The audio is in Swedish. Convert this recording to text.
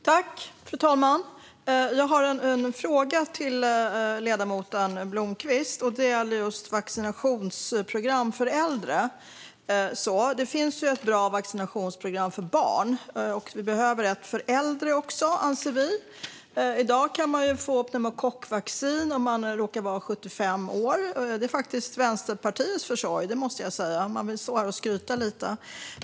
Fru talman! Jag har en fråga till ledamoten Blomkvist som gäller vaccinationsprogram för äldre. Det finns ju ett bra vaccinationsprogram för barn. Vi behöver ett för äldre också, anser vi. I dag kan man få pneumokockvaccin om man råkar vara över 75 år. Det är faktiskt Vänsterpartiets förtjänst; det måste jag säga. Jag vill stå här och skryta lite.